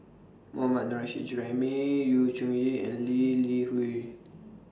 Mohammad Nurrasyid Juraimi Yu Zhuye and Lee Li Hui